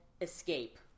escape